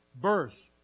Birth